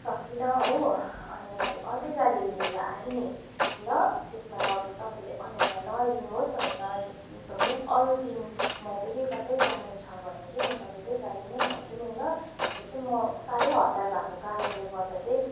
सकिनँ हो अनि मैले अर्कै गाडी लिएर आएँ नि ल त्यसमा त तपाईँले अन्यथा नलिनुहोस् तपाईँ नरिसाउनुहोस् अरू दिन म फेरि कतै जानु छ भने चाहिँ म तपाईँकै गाडी नै भन्छु नि ल हिजो चाहिँ म साह्रै हतार भएको कारणले गर्दा चाहिँ